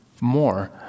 more